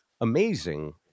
amazing